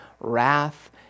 wrath